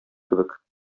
кебек